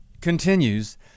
continues